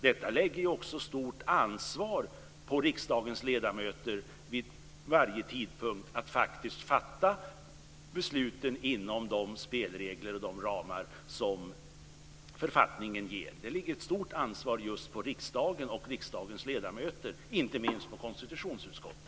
Detta lägger också stort ansvar på riksdagens ledamöter att vid varje tidpunkt faktiskt fatta besluten enligt de spelregler och inom de ramar som författningen ger. Det ligger ett stort ansvar just på riksdagen och riksdagens ledamöter - inte minst på konstitutionsutskottet.